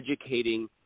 educating